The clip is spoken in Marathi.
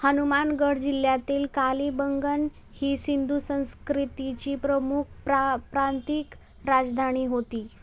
हनुमानगढ जिल्ह्यातील कालीबंगा ही सिंधू संस्कृतीची प्रमुख प्रा प्रांतिक राजधानी होती